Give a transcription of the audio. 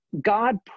God